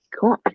Cool